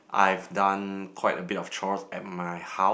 I've done quite a bit of chores at my house